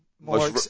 more